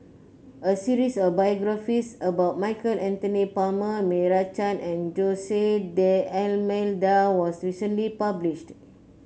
a series of biographies about Michael Anthony Palmer Meira Chand and Jose D'Almeida was recently published